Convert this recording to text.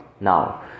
Now